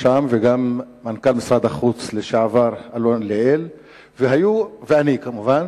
וגם מנכ"ל משרד החוץ לשעבר אלון ליאל ואני כמובן.